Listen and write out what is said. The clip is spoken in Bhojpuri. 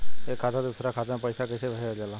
एक खाता से दूसरा खाता में पैसा कइसे भेजल जाला?